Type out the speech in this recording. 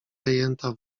rejenta